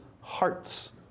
hearts